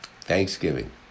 Thanksgiving